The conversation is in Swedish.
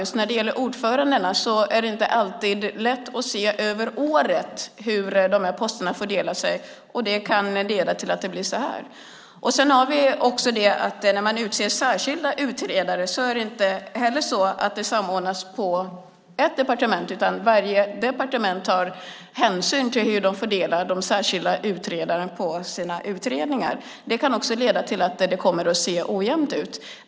Just när det gäller ordförandena är det inte alltid lätt att se över året hur posterna fördelar sig, och det kan leda till att det blir så här. När man utser särskilda utredare samordnas det inte heller på ett enda departement, utan varje departement tar hänsyn till hur man fördelar de särskilda utredarna på sina utredningar. Det kan också leda till att det kommer att se ojämnt ut.